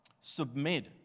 submit